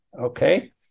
okay